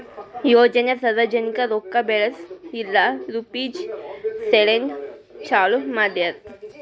ಯೋಜನೆ ಸಾರ್ವಜನಿಕ ರೊಕ್ಕಾ ಬೆಳೆಸ್ ಇಲ್ಲಾ ರುಪೀಜ್ ಸಲೆಂದ್ ಚಾಲೂ ಮಾಡ್ಯಾರ್